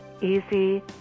easy